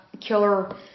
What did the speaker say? killer